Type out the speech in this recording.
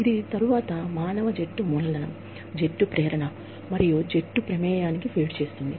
ఇది తరువాత మానవ జట్టు మూలధనం జట్టు ప్రేరణ మరియు జట్టు ప్రమేయానికి ఫీడ్ చేస్తుంది